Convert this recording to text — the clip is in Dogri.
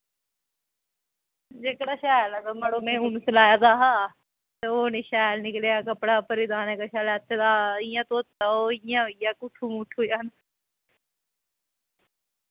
में बी निं लाये दा हा ओह् शैल निकलेआ कपड़ा इंया परवाने कशा लैते दा हा ओह् इंया होई गेआ किट्ठु मुट्ठू जन